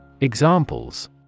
Examples